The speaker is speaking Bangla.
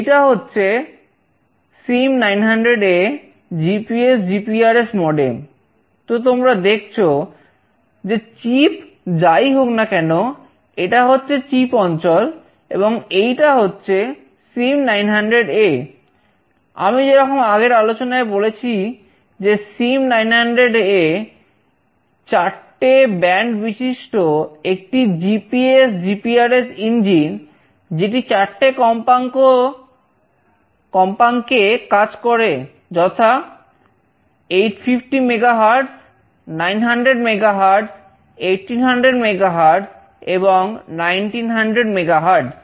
এইটা হচ্ছে সিম900A এ কাজ করে যথা 850 মেগাহার্জ900 মেগাহার্জ1800 মেগাহার্জ এবং 1900 মেগাহার্জ